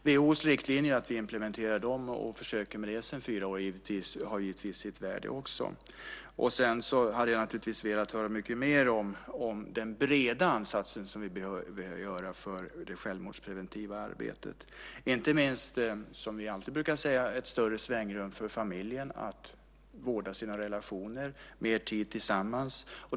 Att vi försöker implementera WHO:s riktlinjer sedan fyra år har givetvis också sitt värde. Sedan hade jag naturligtvis velat höra mycket mer om den breda ansats som vi behöver göra för det självmordspreventiva arbetet, inte minst, som vi alltid brukar säga, ett större svängrum för familjen att vårda sina relationer, mer tid tillsammans.